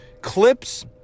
clips